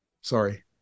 Sorry